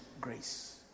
grace